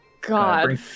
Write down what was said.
God